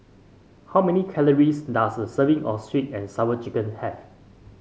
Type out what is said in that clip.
how many calories does a serving of sweet and Sour Chicken have